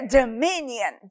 dominion